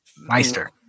Meister